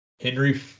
Henry